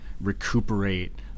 recuperate